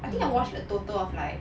I think I watched a total of like